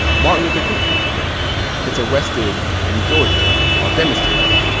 martin luther king maybe you've heard of him gets arrested in georgia while demonstrating.